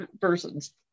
persons